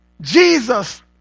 Jesus